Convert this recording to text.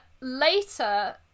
later